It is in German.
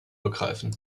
begreifen